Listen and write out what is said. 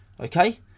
Okay